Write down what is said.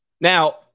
Now